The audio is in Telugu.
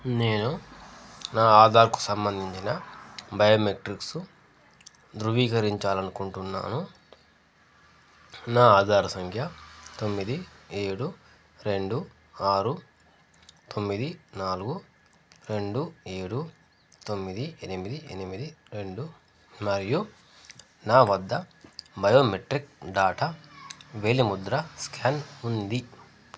నేను నా ఆధార్కు సంబంధించిన బయోమెట్రిక్సు ధృవీకరించాలనుకుంటున్నాను నా ఆధార సంఖ్య తొమ్మిది ఏడు రెండు ఆరు తొమ్మిది నాలుగు రెండు ఏడు తొమ్మిది ఎనిమిది ఎనిమిది రెండు మరియు నా వద్ద బయోమెట్రిక్ డాటా వేలిముద్ర స్కాన్ ఉంది